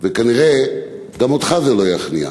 וכנראה גם אותך זה לא יכניע.